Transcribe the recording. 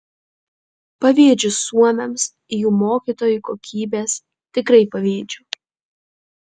pavydžiu suomiams jų mokytojų kokybės tikrai pavydžiu